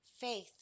Faith